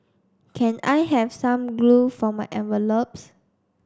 can I have some glue for my envelopes